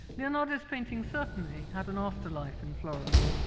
leonardo's painting certainly had an afterlife in florence.